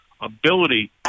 ability